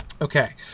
Okay